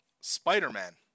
Spider-Man